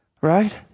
right